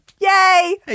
yay